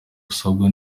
usabwa